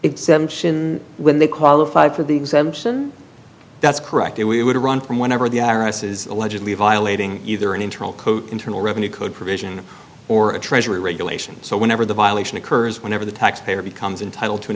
exemption when they qualify for the exemption that's correct it would run from whenever the iris is allegedly violating either an internal code internal revenue code provision or a treasury regulation so whenever the violation occurs whenever the taxpayer becomes entitle to an